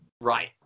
Right